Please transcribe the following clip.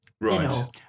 Right